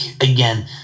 again